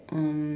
um